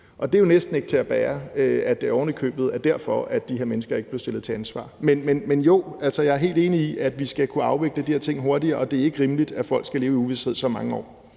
Det er jo næsten ikke til at bære, at det ovenikøbet var derfor, at de her mennesker ikke blev stillet til ansvar. Men jo, jeg er helt enig i, at vi skal kunne afvikle de her ting hurtigere. Og det er ikke rimeligt, at folk skal leve i uvished i så mange år.